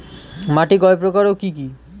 মাটি কয় প্রকার ও কি কি?